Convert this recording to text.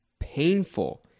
painful